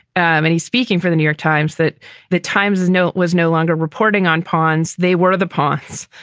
and he's speaking for the new york times that the times note was no longer reporting on porns. they were the parts.